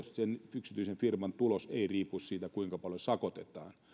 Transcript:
sen yksityisen firman tulos ei riippuisi siitä kuinka paljon sakotetaan